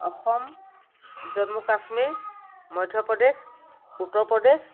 Assam Jammu Kashmir Madhya Pradesh Uttar Pradesh